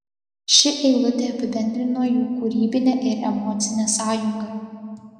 ši eilutė apibendrino jų kūrybinę ir emocinę sąjungą